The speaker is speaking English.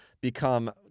become